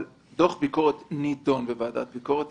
דוח ביקורת נדון בוועדת ביקורת.